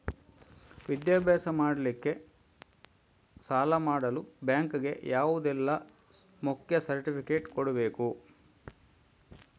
ವಿದ್ಯಾಭ್ಯಾಸ ಮಾಡ್ಲಿಕ್ಕೆ ಸಾಲ ಮಾಡಲು ಬ್ಯಾಂಕ್ ಗೆ ಯಾವುದೆಲ್ಲ ಮುಖ್ಯ ಸರ್ಟಿಫಿಕೇಟ್ ಕೊಡ್ಬೇಕು?